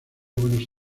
buenos